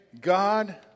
God